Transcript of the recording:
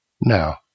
now